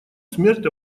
смерть